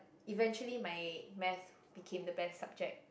eventually my math became the best subject